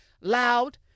loud